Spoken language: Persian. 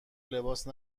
لباس